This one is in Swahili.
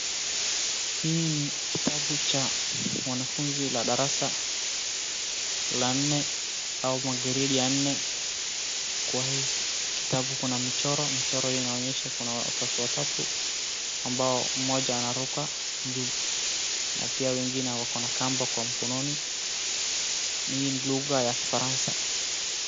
Hii ni kitabu cha mwanafunzi la darasa la nne au wa grade wa nne. Kwa hii kitabu kuna michoro inaonyesha kuna watoto watatu ambao mmoja anaruka juu na pia wengine wako na kamba mkononi ni lugha ya kifaransa.